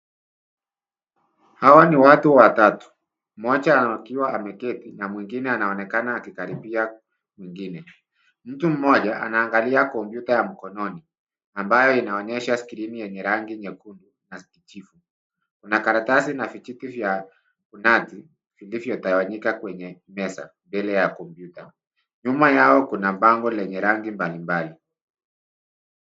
Hawa ni watu watatu. Mmoja anaonekana ameketi na mwinine anaonekana akikaribia mwingine. Mtu mmoia anaangalia kompyuta ya mkononi ambayo inaonyesha skrini yenye rangi nyekundu na kijivu. Kuna karatasi na vijiti vya unati vilivyo tayawanyika mbele ya kompyuta. Nyuma yao kuna bango lenye rangi mbali mbali.